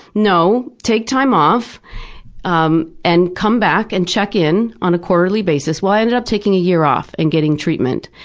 no, take time off um and come back and check in on a quarterly basis. well, i ended up taking a year off and getting treatment,